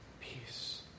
Peace